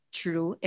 true